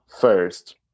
first